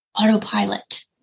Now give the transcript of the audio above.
autopilot